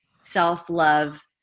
self-love